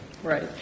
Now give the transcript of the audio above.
Right